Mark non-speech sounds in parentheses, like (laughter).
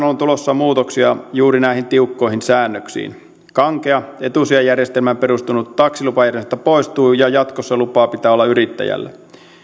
(unintelligible) on tulossa muutoksia juuri näihin tiukkoihin säännöksiin kankea etusijajärjestelmään perustunut taksilupajärjestelmä poistuu ja jatkossa lupa pitää olla yrittäjällä